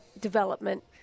development